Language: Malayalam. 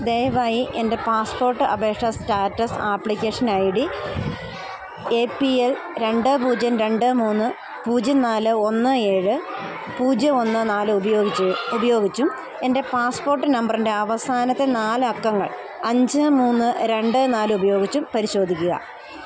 ദയവായി എൻ്റെ പാസ്പോർട്ട് അപേക്ഷാ status application ID A P L രണ്ട് പൂജ്യം രണ്ട് മൂന്ന് പൂജ്യം നാല് ഒന്ന് ഏഴ് പൂജ്യം ഒന്ന് നാല് ഉപയോഗിച്ചും എൻ്റെ പാസ്പോർട്ട് നമ്പറിൻ്റെ അവസാനത്തെ നാലക്കങ്ങൾ അഞ്ച് മൂന്ന് രണ്ട് നാലുപയോഗിച്ചും പരിശോധിക്കുക